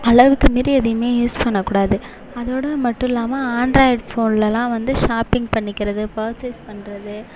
அளவுக்கு மீறி எதையும் யூஸ் பண்ண கூடாது அதோடு மட்டும் இல்லாமல் ஆண்ட்ராய்டு ஃபோன்லலாம் வந்து ஷாப்பிங் பண்ணிக்கிறது பர்சேஸ் பண்ணுறது